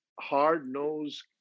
hard-nosed